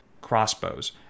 crossbows